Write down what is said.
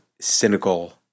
cynical